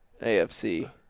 AFC